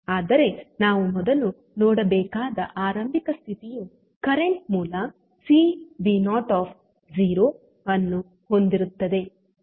ಆದರೆ ನಾವು ಮೊದಲು ನೋಡಬೇಕಾದ ಆರಂಭಿಕ ಸ್ಥಿತಿಯು ಕರೆಂಟ್ ಮೂಲ Cv0 ಯನ್ನು ಹೊಂದಿರುತ್ತದೆ